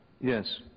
Yes